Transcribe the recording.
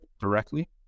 Directly